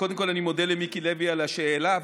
כול אני מודה למיקי לוי על השאלה,